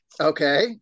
Okay